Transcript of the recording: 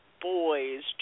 boys